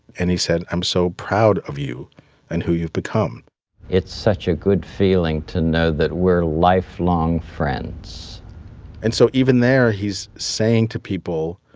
and he said, i'm so proud of you and who you've become it's such a good feeling to know that we're lifelong friends and so even there, he's saying to people,